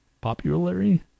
popularly